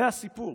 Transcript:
זה הסיפור.